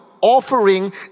offering